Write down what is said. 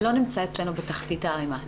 זה לא נמצא אצלנו בתחתית הערימה.